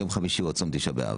ויום חמישי זה כבר צום תשעה באב.